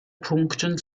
punkten